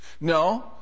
No